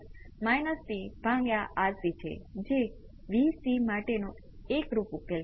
તેથી તમે તેને exponential j ω t j ω t માટે કરો અને પરિણામોમાં ઉમેરો